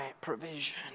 provision